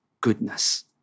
goodness